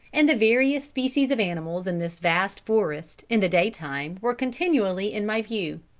and the various species of animals in this vast forest, in the day-time were continually in my view.